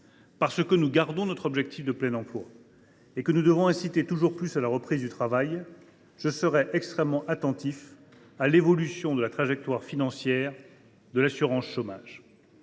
Parce que nous gardons notre objectif de plein emploi et que nous devons inciter toujours plus à la reprise du travail, je serai extrêmement attentif à l’évolution de la trajectoire financière de l’assurance chômage.